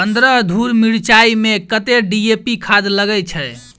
पन्द्रह धूर मिर्चाई मे कत्ते डी.ए.पी खाद लगय छै?